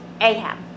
Ahab